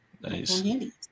Nice